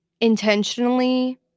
intentionally